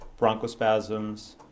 bronchospasms